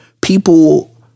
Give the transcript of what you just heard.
People